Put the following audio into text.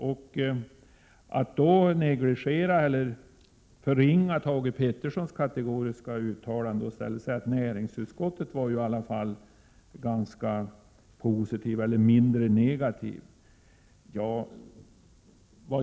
Lars Gustafsson vill negligera eller förringa Thage Petersons kategoriska uttalande och säger att näringsutskottet i alla fall var ganska positivt eller mindre negativt.